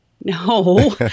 no